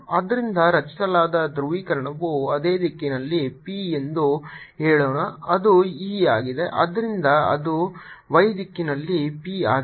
ಆದ್ದರಿಂದ ರಚಿಸಲಾದ ಧ್ರುವೀಕರಣವು ಅದೇ ದಿಕ್ಕಿನಲ್ಲಿ p ಎಂದು ಹೇಳೋಣ ಅದು E ಆಗಿದೆ ಆದ್ದರಿಂದ ಇದು y ದಿಕ್ಕಿನಲ್ಲಿ p ಆಗಿದೆ